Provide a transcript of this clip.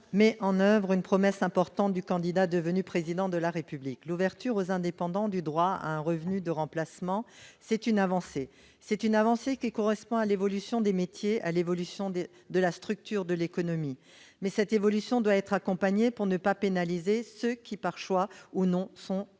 met en oeuvre une promesse importante du candidat devenu Président de la République : l'ouverture aux indépendants du droit à un revenu de remplacement. C'est une avancée qui correspond à l'évolution des métiers, à l'évolution de la structure de l'économie. Cependant, cette évolution doit être accompagnée pour ne pas pénaliser ceux qui, par choix ou non, sont travailleurs